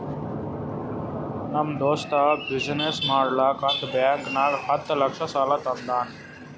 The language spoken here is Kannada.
ನಮ್ ದೋಸ್ತ ಬಿಸಿನ್ನೆಸ್ ಮಾಡ್ಲಕ್ ಅಂತ್ ಬ್ಯಾಂಕ್ ನಾಗ್ ಹತ್ತ್ ಲಕ್ಷ ಸಾಲಾ ತಂದಾನ್